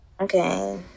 Okay